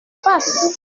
face